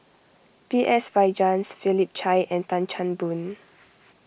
B S Rajhans Philip Chia and Tan Chan Boon